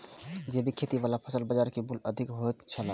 जैविक खेती वाला फसल के बाजार मूल्य अधिक होयत छला